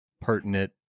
pertinent